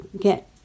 get